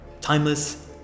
timeless